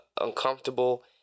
uncomfortable